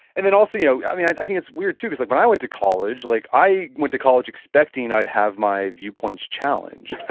and then also, you know i think it's weird too, because like when i went to college, like i went to college expecting i'd have my viewpoints challenged.